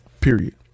Period